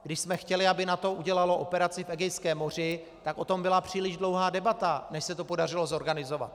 Když jsme chtěli, aby NATO udělalo operaci v Egejském moři, tak o tom byla příliš dlouhá debata, než se to podařilo zorganizovat.